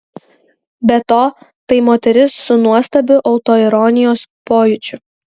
be to tai moteris su nuostabiu autoironijos pojūčiu